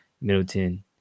middleton